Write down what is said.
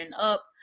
up